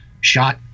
shot